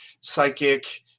psychic